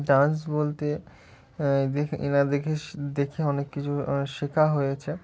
dance বলতে দেখে এনাদেরকে দেখে অনেক কিছু শেখা হয়েছে